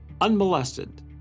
unmolested